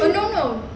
no no